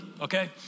okay